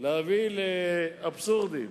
להביא לאבסורדים,